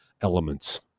elements